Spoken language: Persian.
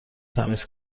تمیز